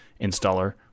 installer